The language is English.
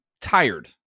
tired